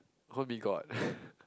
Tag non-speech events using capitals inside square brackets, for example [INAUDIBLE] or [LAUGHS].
call me god [LAUGHS]